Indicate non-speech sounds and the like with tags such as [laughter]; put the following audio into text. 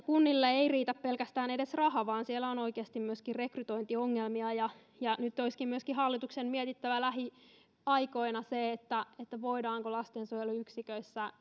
[unintelligible] kunnilla ei ole pula edes pelkästään rahasta vaan siellä on oikeasti myöskin rekrytointiongelmia nyt olisi hallituksen mietittävä lähiaikoina myöskin se voidaanko lastensuojeluyksiköissä [unintelligible]